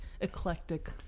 eclectic